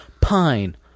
Pine